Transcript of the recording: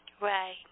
Right